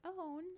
own